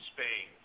Spain